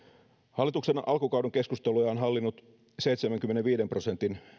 hallituksen alkukauden keskusteluja on hallinnut seitsemänkymmenenviiden prosentin